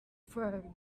throne